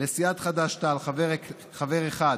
לסיעת חד"ש-תע"ל חבר אחד,